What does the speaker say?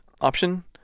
option